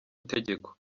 itegeko